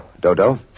Dodo